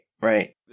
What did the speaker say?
right